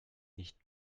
nicht